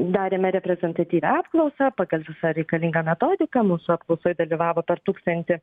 darėme reprezentatyvią apklausą pagal visą reikalingą metodiką mūsų apklausoj dalyvavo per tūkstantį